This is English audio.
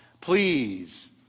please